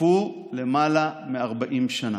חלפו למעלה מ-40 שנה.